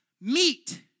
meat